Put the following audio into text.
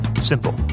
Simple